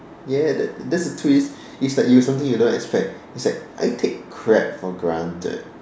ya that's that's a twist it's like you something you don't expect it's like I take crab for granted